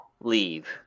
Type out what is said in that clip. leave